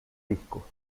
disco